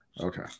Okay